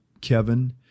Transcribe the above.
Kevin